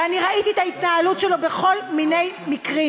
ואני ראיתי את ההתנהלות שלו בכל מיני מקרים,